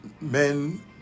men